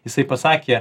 jisai pasakė